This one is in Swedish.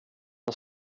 men